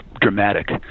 dramatic